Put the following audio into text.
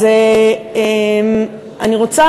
אז אני רוצה,